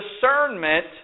discernment